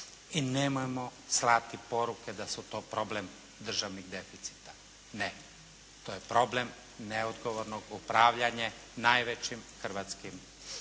i nemojmo slati poruke da su to problem državnih deficita. Ne, to je problem neodgovornog upravljanja najvećim hrvatskim